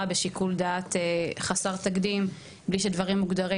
בשיקול דעת חסר תקדים בלי שדברים מוגדרים.